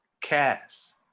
cast